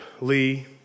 Lee